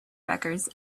records